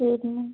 சரிம்மா